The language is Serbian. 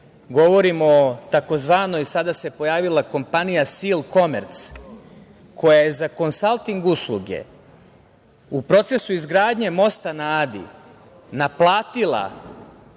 Govorim o tzv. sada se pojavila kompanija „Sil komerc“ koja je za konsalting usluge u procesu izgradnje mosta na Adi naplatila